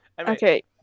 Okay